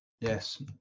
Yes